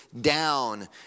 down